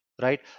right